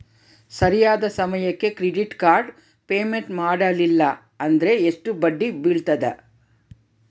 ಸರಿಯಾದ ಸಮಯಕ್ಕೆ credit card payment ಮಾಡಲಿಲ್ಲ ಅಂದ್ರೆ ಎಷ್ಟು ಬಡ್ಡಿ ಬೇಳ್ತದ?